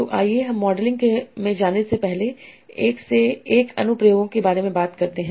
तो आइए हम मॉडलिंग में जाने से पहले एक से एक अनु प्रयोगों के बारे में बात करते हैं